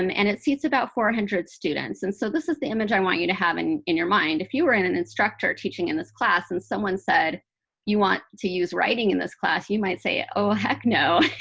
um and it seats about four hundred students. and so this is the image i want you to have in in your mind. if you were in an instructor teaching in this class and someone said you want to use writing in this class, you might say, oh heck no.